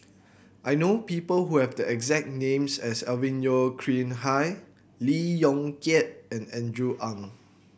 I know people who have the exact names as Alvin Yeo Khirn Hai Lee Yong Kiat and Andrew Ang